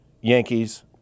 Yankees